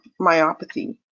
myopathy